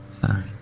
Sorry